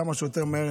כמה שיותר מהר,